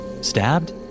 Stabbed